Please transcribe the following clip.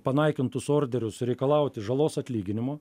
panaikintus orderius reikalauti žalos atlyginimo